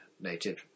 native